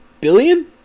Billion